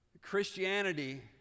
Christianity